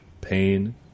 pain